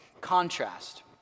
contrast